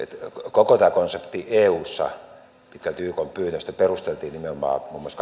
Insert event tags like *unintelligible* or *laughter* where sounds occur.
koko tämä konsepti eussa pitkälti ykn pyynnöstä perusteltiin nimenomaan muun muassa *unintelligible*